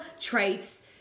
traits